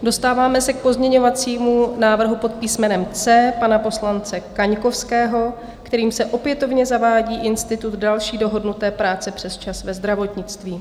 Dostáváme se k pozměňovacímu návrhu pod písmenem C pana poslance Kaňkovského, kterým se opětovně zavádí institut další dohodnuté práce přesčas ve zdravotnictví.